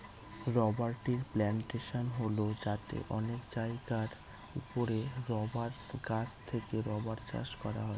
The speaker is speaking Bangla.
রবার ট্রির প্লানটেশন হল যাতে অনেক জায়গার ওপরে রাবার গাছ থেকে রাবার চাষ করা হয়